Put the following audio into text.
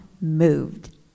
moved